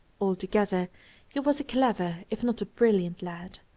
altogether he was a clever, if not a brilliant lad.